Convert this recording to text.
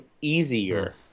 easier